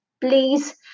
Please